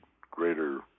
greater